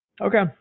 Okay